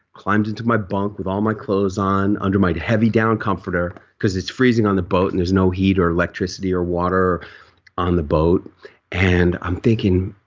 climbed into my bunk with all my clothes on under my heavy down comforter because it's freezing on the boat and there's no heat or electricity or water on the boat and i'm thinking